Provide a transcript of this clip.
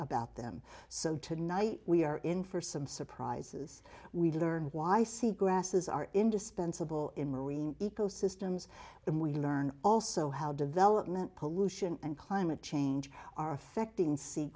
about them so tonight we are in for some surprises we learn why sea grasses are indispensable in marine ecosystems and we learn also how development pollution and climate change are affecting se